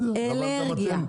אלרגיה.